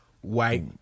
white